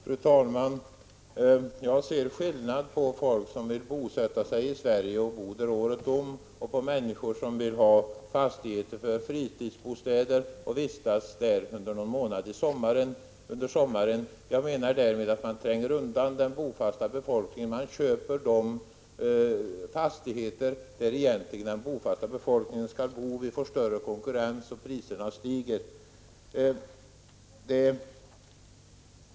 Fru talman! Jag ser skillnad mellan folk som vill bosätta sig i Sverige och bo här året om och människor som vill ha fastigheter för fritidsbostäder och vistas där under någon månad på sommaren. Jag menar att man därigenom tränger undan den bofasta befolkningen. Man köper de fastigheter där den bofasta befolkningen egentligen skall bo, och vi får större konkurrens och priserna stiger.